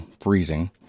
freezing